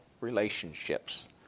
Relationships